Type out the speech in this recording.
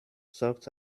sorgt